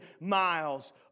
miles